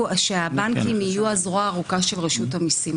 שהבנקים יהיו הזרוע הארוכה של רשות המסים.